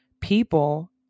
people